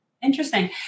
Interesting